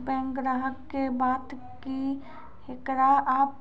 bank ग्राहक के बात की येकरा आप